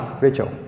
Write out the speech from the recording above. Rachel